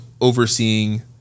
overseeing